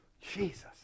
Jesus